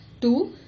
two